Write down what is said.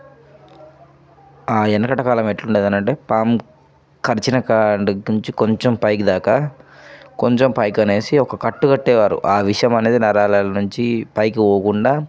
ఆ వెనకట కాలం ఎట్లునేదంటే పాము క కరిచిన కాడి నుంచి కొంచెం పైకి దాకా కొంచెం పైకి అని ఒక కట్టు కట్టేవారు ఆ విషం అనేది నరాలనరాల నుంచి పైకి పోకుండా